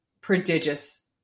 prodigious